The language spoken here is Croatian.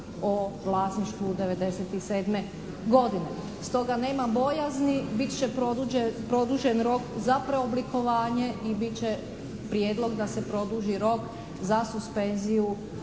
o vlasništvu 97. godine. Stoga nema bojazni. Bit će produžen rok za preoblikovanje i bit će prijedlog da se produži rok za suspenziju